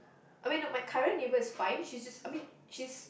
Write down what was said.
I mean my current neighbor is fine she's just I mean she's